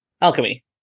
Alchemy